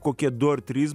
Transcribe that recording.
kokie du ar trys